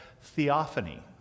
theophany